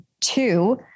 two